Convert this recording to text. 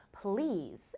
please